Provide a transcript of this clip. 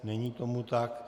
Není tomu tak.